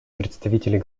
представителей